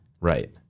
Right